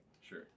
Sure